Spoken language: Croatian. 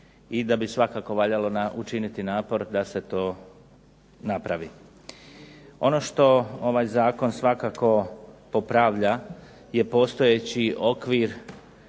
i da bi svakako valjalo uložiti napor da se to napravi. Ono što ovaj Zakon svakako popravlja je postojeći okvir